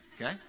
okay